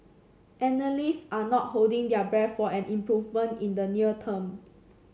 analyst are not holding their breath for an improvement in the near term